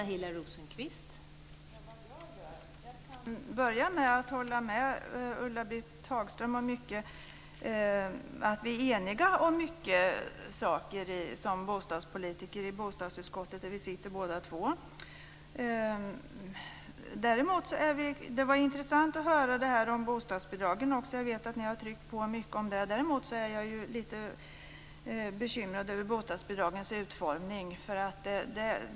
Fru talman! Jag kan börja med att hålla med Ulla Britt Hagström om mycket. Vi är eniga om mycket saker som bostadspolitiker i bostadsutskottet där vi båda två sitter. Det var intressant att höra det här om bostadsbidragen. Jag vet att ni har tryckt på mycket när det gäller det. Däremot är jag lite bekymrad över bostadsbidragens utformning.